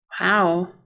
Wow